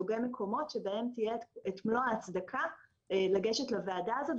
דוגם מקומות שבהם תהיה את מלוא ההצדקה לגשת לוועדה הזאת,